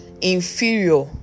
inferior